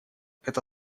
это